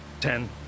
Ten